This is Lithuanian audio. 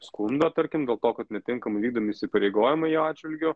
skundą tarkim dėl to kad netinkamai vykdomi įsipareigojimai jo atžvilgiu